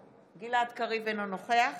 אינו נוכח